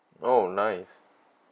oh nice